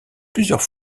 plusieurs